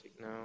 no